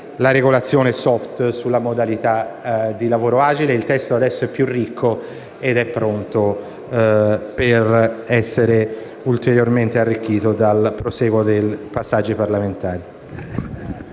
la regolazione *soft* sulla modalità di lavoro agile. Il testo adesso è più ricco ed è pronto per essere ulteriormente arricchito nel prosieguo dei passaggi parlamentari.